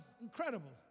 incredible